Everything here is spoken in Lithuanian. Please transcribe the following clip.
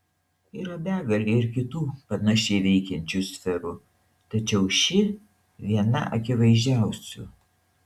yra begalė ir kitų panašiai veikiančių sferų tačiau ši viena akivaizdžiausių